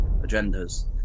agendas